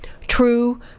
true